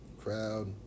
crowd